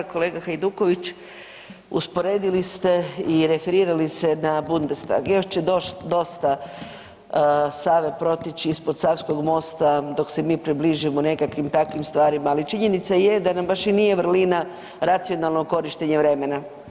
Kolega Hajduković, usporedili ste i referirali se na Bundestag, još će dosta Save proteći ispod Savskog mosta dok se mi približimo nekakvim takvim stvarima, ali činjenica je da nam baš i nije vrlina racionalno korištenje vremena.